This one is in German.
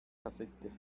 kassette